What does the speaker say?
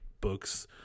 books